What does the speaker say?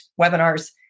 webinars